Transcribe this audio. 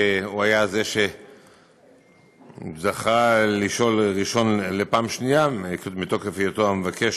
שהיה זה שזכה לשאול ראשון פעם שנייה מתוקף היותו המבקש